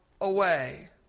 away